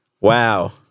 Wow